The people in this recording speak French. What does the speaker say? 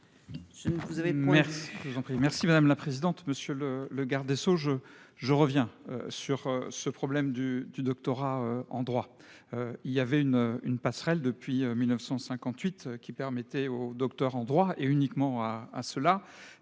Merci madame la présidente, monsieur le le garde des Sceaux je je reviens sur ce problème du du doctorat en droit. Il y avait une une passerelle depuis 1958 qui permettait au Docteur en droit et uniquement à cela